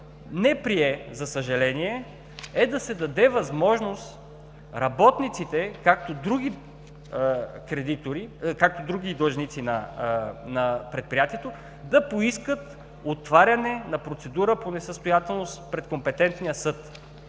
не прие, за съжаление, е да се даде възможност работниците, както други длъжници на предприятието, да поискат отваряне на процедура по несъстоятелност пред компетентния съд.